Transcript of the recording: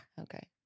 Okay